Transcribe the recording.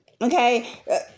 okay